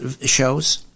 shows